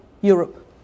Europe